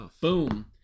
Boom